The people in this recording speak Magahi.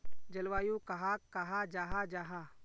जलवायु कहाक कहाँ जाहा जाहा?